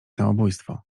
samobójstwo